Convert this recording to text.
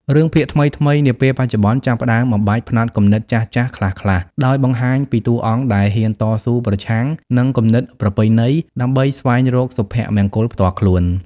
រឿងភាគថ្មីៗនាពេលបច្ចុប្បន្ន ចាប់ផ្តើមបំបែកផ្នត់គំនិតចាស់ៗខ្លះៗ ដោយបង្ហាញពីតួអង្គដែលហ៊ានតស៊ូប្រឆាំងនឹងគំនិតប្រពៃណី ដើម្បីស្វែងរកសុភមង្គលផ្ទាល់ខ្លួន។